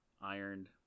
ironed